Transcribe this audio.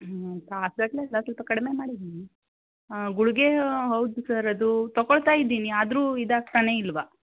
ತಾಸುಗಟ್ಟಲೆ ಇಲ್ಲ ಸ್ವಲ್ಪ ಕಡಿಮೆ ಮಾಡಿದ್ದೀನಿ ಗುಳಿಗೆ ಹೌದು ಸರ್ ಅದು ತಕೊಳ್ತಾ ಇದ್ದೀನಿ ಆದರೂ ಇದಾಗ್ತಾನೆ ಇಲ್ವಾ